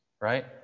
right